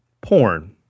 porn